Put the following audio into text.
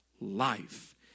life